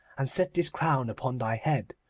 and set this crown upon thy head.